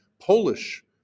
Polish